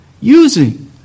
using